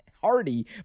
Hardy